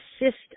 assist